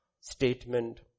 statement